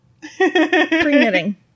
Pre-knitting